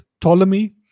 Ptolemy